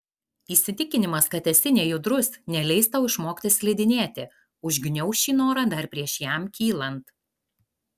įsitikinimas kad esi nejudrus neleis tau išmokti slidinėti užgniauš šį norą dar prieš jam kylant